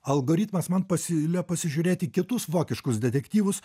algoritmas man pasiūlė pasižiūrėti kitus vokiškus detektyvus